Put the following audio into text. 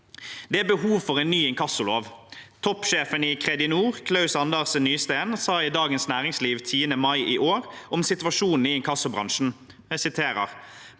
Det er behov for en ny inkassolov. Toppsjefen i Kredinor, Klaus-Anders Nysteen, sa i Dagens Næringsliv 10. mai i år om situasjonen i inkassobransjen: «Poenget er